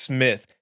Smith